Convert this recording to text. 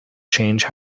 change